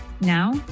Now